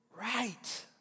right